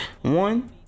one